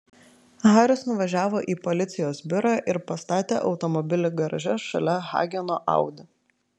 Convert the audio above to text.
haris nuvažiavo į policijos biurą ir pastatė automobilį garaže šalia hageno audi